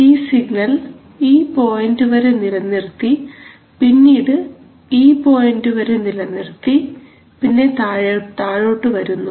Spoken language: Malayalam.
ഈ സിഗ്നൽ ഈ പോയിൻറ് വരെ നിലനിർത്തി പിന്നീട് ഈ പോയിൻറ് വരെ നിലനിർത്തി പിന്നെ താഴോട്ടു വരുന്നു